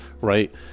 Right